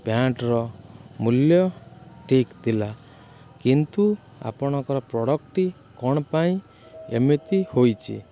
ପ୍ୟାଣ୍ଟ୍ର ମୂଲ୍ୟ ଠିକ୍ ଥିଲା କିନ୍ତୁ ଆପଣଙ୍କ ପ୍ରଡ଼କ୍ଟଟି କ'ଣ ପାଇଁ ଏମିତି ହୋଇଛି